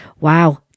Wow